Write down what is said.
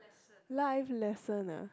life lesson ah